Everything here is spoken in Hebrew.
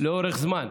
לאורך זמן,